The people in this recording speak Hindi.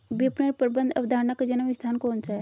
विपणन प्रबंध अवधारणा का जन्म स्थान कौन सा है?